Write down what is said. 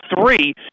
three